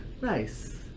nice